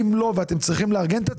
אם לא ואתם צריכים לארגן את עצמכם,